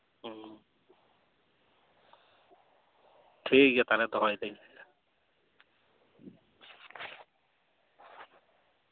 ᱦᱩᱸ ᱴᱷᱤᱠᱜᱮᱭᱟ ᱛᱟᱞᱦᱮ ᱫᱚᱦᱚᱭᱫᱟᱹᱧ